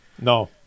No